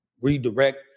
redirect